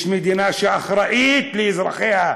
יש מדינה שאחראית לאזרחיה,